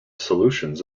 solutions